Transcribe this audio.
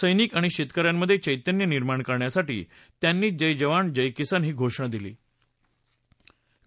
सैनिक आणि शेतकऱ्यांमध्ये चैतन्य निर्माण करण्यासाठी त्यांनीच जय जवान जय किसान ही घोषणा दिली होती